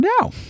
now